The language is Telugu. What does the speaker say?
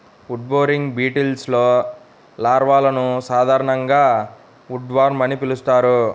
ఉడ్బోరింగ్ బీటిల్స్లో లార్వాలను సాధారణంగా ఉడ్వార్మ్ అని పిలుస్తారు